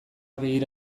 begira